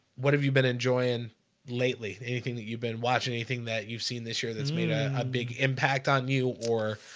what have you been enjoying lately anything that you've been watching anything that you've seen this year that's made a ah big impact on you or